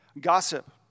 Gossip